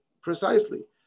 precisely